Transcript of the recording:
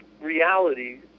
reality